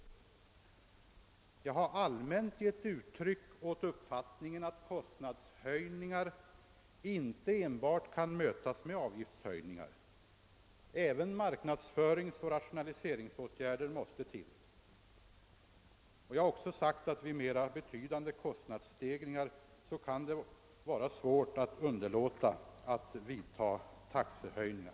Men jag har allmänt givit uttryck åt den uppfattningen att kostnadshöjningar inte kan mötas enbart med avgiftshöjningar utan att även marknadsföringsoch rationaliseringsåtgärder måste till, och jag har också sagt att vid mera betydande kostnadsstegringar finns ett behov av att vidta taxehöjningar.